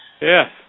Yes